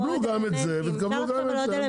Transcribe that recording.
בסדר, תקבלו גם את זה ותקבלו גם את זה.